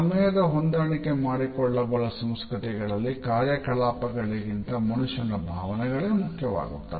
ಸಮಯದ ಹೊಂದಾಣಿಕೆ ಮಾಡಿಕೊಳ್ಳಬಲ್ಲ ಸಂಸ್ಕೃತಿಗಳಲ್ಲಿ ಕಾರ್ಯಕಲಾಪಗಳಿಗಿಂತ ಮನುಷ್ಯನ ಭಾವನೆಗಳೇ ಮುಖ್ಯವಾಗುತ್ತದೆ